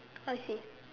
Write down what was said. okay